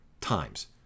times